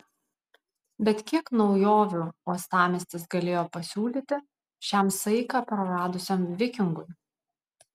bet kiek naujovių uostamiestis galėjo pasiūlyti šiam saiką praradusiam vikingui